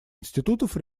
институтов